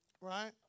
Right